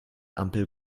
ampel